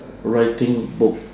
writing book